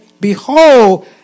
Behold